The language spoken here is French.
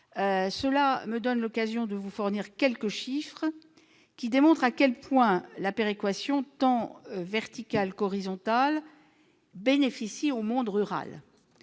me donne l'occasion de vous fournir quelques chiffres qui démontrent à quel point la péréquation, tant verticale qu'horizontale, bénéficie au monde rural.